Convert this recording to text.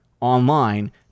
online